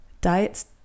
diets